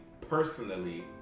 personally